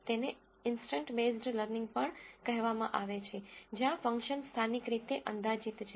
તેને instant based learning પણ કહેવામાં આવે છે જ્યાં ફંક્શન સ્થાનિક રીતે અંદાજિત છે